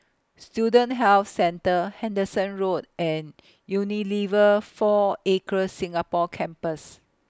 Student Health Centre Henderson Road and Unilever four Acres Singapore Campus